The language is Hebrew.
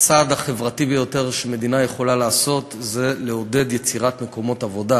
הצעד החברתי ביותר שמדינה יכולה לעשות זה לעודד יצירת מקומות עבודה,